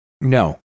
No